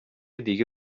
دیگه